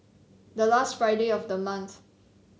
the last Friday of the month